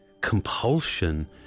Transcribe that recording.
compulsion